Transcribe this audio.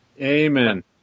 amen